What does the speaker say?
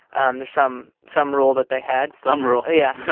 um there's some some rule that they had some rule yeah,